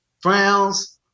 frowns